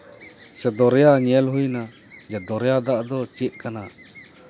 ᱥᱮ ᱫᱚᱨᱭᱟ ᱧᱮᱞ ᱦᱩᱭᱱᱟ ᱡᱮ ᱫᱚᱨᱭᱟ ᱫᱟᱜ ᱫᱚ ᱪᱮᱫ ᱠᱟᱱᱟ